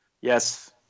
Yes